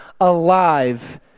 alive